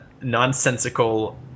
nonsensical